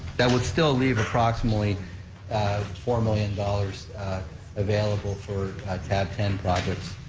that would still leave approximately four million dollars available for tab ten projects.